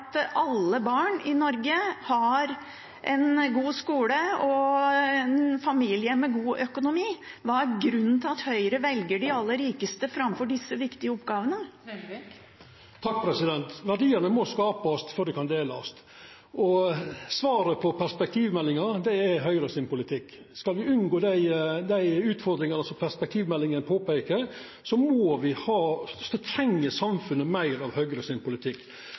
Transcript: alle barn i Norge har en god skole og en familie med god økonomi. Hva er grunnen til at Høyre velger de aller rikeste framfor disse viktige oppgavene? Verdiane må skapast før dei kan delast – svaret på perspektivmeldinga er Høgres politikk. Skal me unngå dei utfordringane som perspektivmeldinga peikar på, treng samfunnet meir av Høgres politikk. Det nyttar ikkje å bera ei ny skattebyrde over til arbeidslivet, til samfunnet,